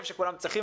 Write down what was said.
מבחינה